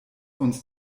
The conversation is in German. uns